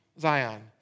Zion